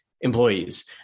employees